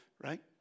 right